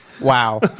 Wow